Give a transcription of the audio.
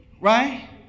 Right